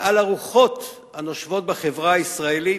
ומהרוחות הנושבות בחברה הישראלית,